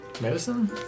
Medicine